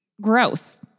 Gross